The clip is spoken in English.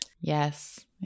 Yes